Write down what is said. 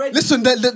Listen